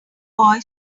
boy